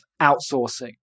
outsourcing